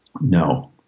No